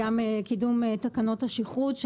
קידום תקנות השכרות.